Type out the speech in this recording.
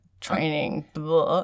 training